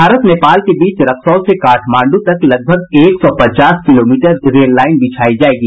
भारत नेपाल के बीच रक्सौल से काठमांडू तक लगभग एक सौ पचास किलोमीटर लम्बी रेल लाईन बिछाई जायेगी